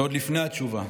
ועוד לפני התשובה,